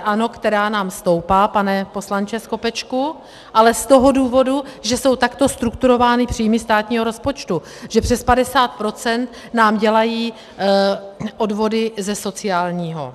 Ano, která nám stoupá, pane poslanče Skopečku, ale z toho důvodu, že jsou takto strukturovány příjmy státního rozpočtu, že přes 50 % nám dělají odvody ze sociálního.